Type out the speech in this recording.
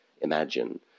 imagine